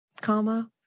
comma